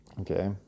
okay